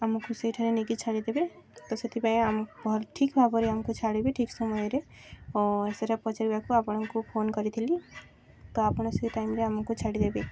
ଆମକୁ ସେଇଠାରେ ନେଇକି ଛାଡ଼ିଦେବେ ତ ସେଥିପାଇଁ ଆମ ଭଲ ଠିକ୍ ଭାବରେ ଆମକୁ ଛାଡ଼ିବି ଠିକ୍ ସମୟରେ ସେଇଟା ପଚାରିବାକୁ ଆପଣଙ୍କୁ ଫୋନ କରିଥିଲି ତ ଆପଣ ସେଇ ଟାଇମ୍ରେ ଆମକୁ ଛାଡ଼ିଦେବେ